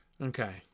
Okay